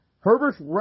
Herbert's